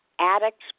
addict's